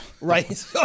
Right